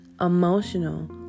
emotional